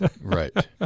Right